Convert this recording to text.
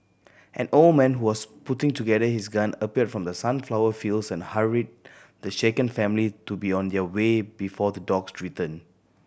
an old man who was putting together his gun appeared from the sunflower fields and hurried the shaken family to be on their way before the dogs return